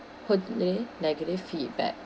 holiday negative feedback